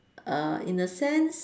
err in a sense